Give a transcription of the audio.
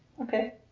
Okay